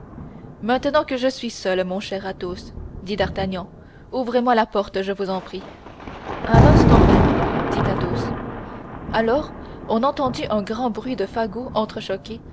maintenant que je suis seul mon cher athos dit d'artagnan ouvrez-moi la porte je vous en prie à l'instant même dit athos alors on entendit un grand bruit de fagots